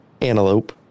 Antelope